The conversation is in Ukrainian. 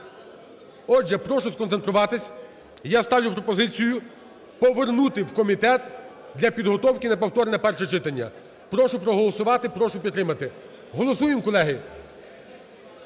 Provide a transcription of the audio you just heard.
Отже, прошу сконцентруватися, я ставлю пропозицію повернути у комітет для підготовки на повторне перше читання. Прошу проголосувати, прошу підтримати. Голосуємо, колеги!